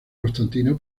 constantino